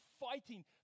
fighting